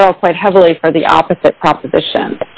itself quite heavily for the opposite proposition